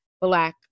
Black